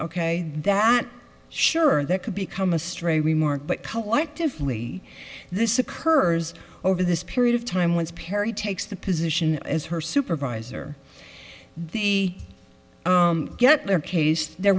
ok that sure that could become a stray remark but collectively this occurs over this period of time once perry takes the position as her supervisor the get their case there